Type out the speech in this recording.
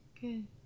Good